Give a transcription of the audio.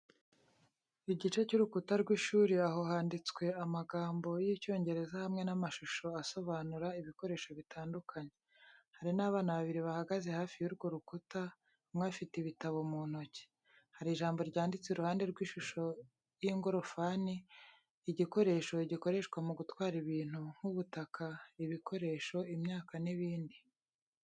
Igice cy’urukuta rw’ishuri aho handitswe amagambo y’Icyongereza hamwe n’amashusho asobanura ibikoresho bitandukanye. Hari n’abana babiri bahagaze hafi y’urwo rukuta, umwe afite ibitabo mu ntoki. Hari ijambo ryanditse iruhande rw’ishusho y’ingorofani, igikoresho gikoreshwa mu gutwara ibintu nk’ubutaka, ibikoresho, imyaka n’ibindi.